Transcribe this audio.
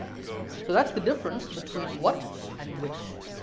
so that's the difference between what and which,